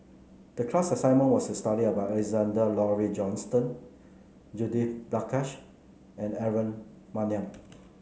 the class assignment was to study about Alexander Laurie Johnston Judith Prakash and Aaron Maniam